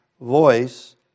voice